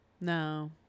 No